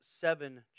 seven